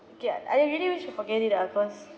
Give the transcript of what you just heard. forget I really wish to forget it lah cause